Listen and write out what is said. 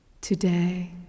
today